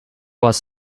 was